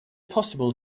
possible